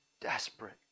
desperate